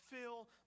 fill